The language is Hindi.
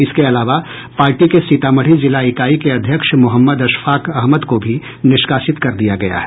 इसके अलावा पार्टी के सीतामढ़ी जिला इकाई के अध्यक्ष मोहम्मद अशफाक अहमद को भी निष्कासित कर दिया गया है